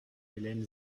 hélène